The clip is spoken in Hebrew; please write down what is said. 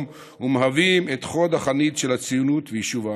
ומהווים את חוד החנית של הציונות ויישוב הארץ.